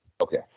Okay